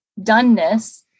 doneness